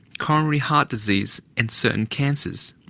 coronary heart disease and certain cancers.